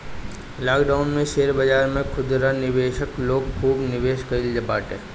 lockdown में share बाजार में खुदरा निवेशक लोग खूब निवेश कईले बाटे